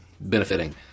benefiting